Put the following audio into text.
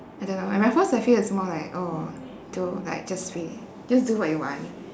I don't know and raffles actually is more like oh do like just free just do what you want